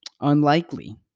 Unlikely